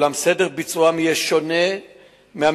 אולם סדר ביצועם יהיה שונה מהמבוקש.